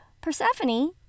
Persephone